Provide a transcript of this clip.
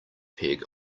peg